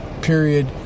period